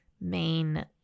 main